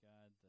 God